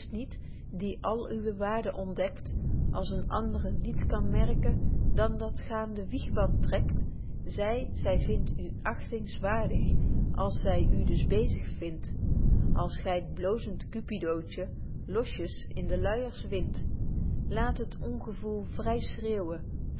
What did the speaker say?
die al uwe waarde ontdekt als een andre niet kan merken dan dat g aan den wiegband trekt zy zy vind u agtingswaardig betje wolff proeve over de opvoeding als zy u dus bezig vind als gy t bloozend cupidootje losjes in de luijers wind laat het ongevoel vry schreeuwen